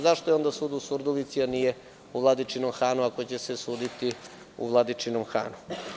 Zašto je onda sud u Surdulici a nije u Vladičinom Hanu ako će se suditi u Vladičinom Hanu?